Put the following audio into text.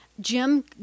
Jim